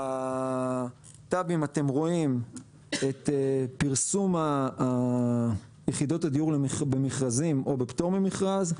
אתם רואים את פרסום יחידות הדיור במכרזים או בפטור ממכרז.